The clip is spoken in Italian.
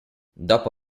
dopo